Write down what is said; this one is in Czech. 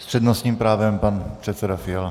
S přednostním právem pan předseda Fiala.